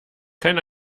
kein